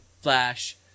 Flash